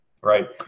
right